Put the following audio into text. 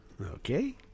Okay